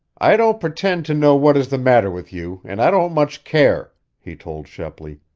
i don't pretend to know what is the matter with you, and i don't much care! he told shepley.